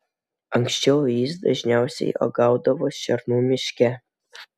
anksčiau jis dažniausiai uogaudavo šernų miške